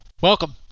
Welcome